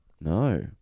No